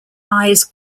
eyes